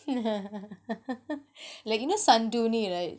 like you know sandooni right